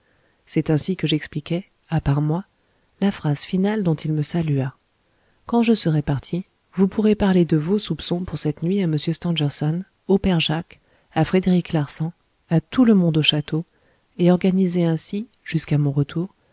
c'est ainsi que j'expliquai à part moi la phrase finale dont il me salua quand je serai parti vous pourrez parler de vos soupçons pour cette nuit à m stangerson au père jacques à frédéric larsan à tout le monde au château et organiser ainsi jusqu'à mon retour